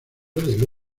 del